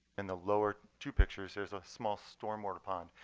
in the lower two pictures, there's a small stormwater pond.